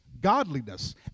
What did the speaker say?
godliness